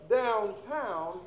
downtown